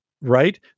right